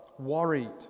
worried